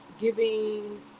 giving